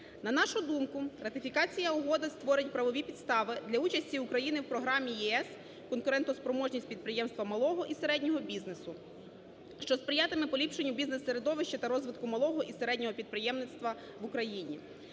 На нашу думку, ратифікація Угоди створить правові підстави для участі України в програмі ЄС "Конкурентоспроможність підприємств малого і середнього бізнесу", що сприятиме поліпшенню бізнес середовищу та розвитку малого і середнього підприємництва в Україні.